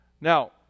Now